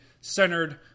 centered